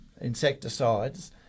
insecticides